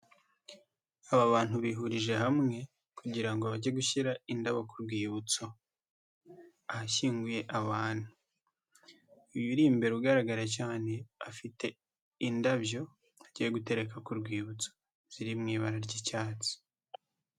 Aba bantu bihurije hamwe kugira ngo bajye gushyira indabo ku rwibutso, ahashyinguye abantu, uyu uri imbere ugaragara cyane afite indabyo agiye gutereka ku rwibutso ziri mu ibara ry'icyatsi.